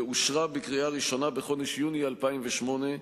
ואושרה בקריאה ראשונה בחודש יוני 2008,